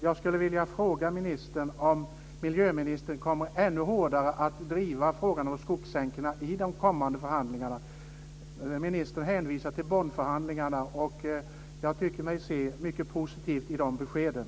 Jag skulle vilja fråga om miljöministern kommer att ännu hårdare driva frågan om skogssänkorna i de kommande förhandlingarna. Ministern hänvisar till Bonnförhandlingarna, och jag tycker mig se mycket positivt i de beskeden.